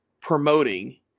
Promoting